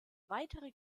weitere